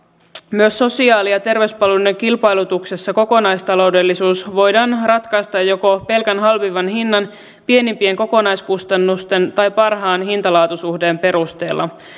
myös sosiaali ja terveyspalveluiden kilpailutuksessa kokonaistaloudellisuus voidaan ratkaista joko pelkän halvimman hinnan pienimpien kokonaiskustannusten tai parhaan hinta laatu suhteen perusteella